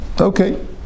okay